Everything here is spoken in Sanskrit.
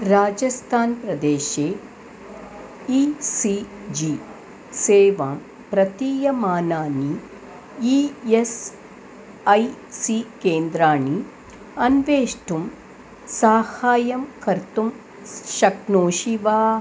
राजस्थान् प्रदेशे ई सी जी सेवां प्रतीयमानानि ई एस् ऐ सी केन्द्राणि अन्वेष्टुं साहाय्यं कर्तुं शक्नोषि वा